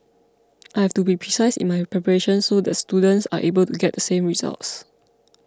I have to be precise in my preparations so the students are able to get the same results